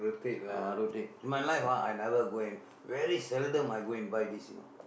ah rotate in my life ah I never go and very seldom I go and buy this you know